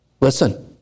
Listen